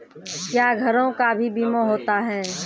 क्या घरों का भी बीमा होता हैं?